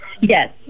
Yes